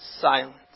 Silence